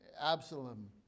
Absalom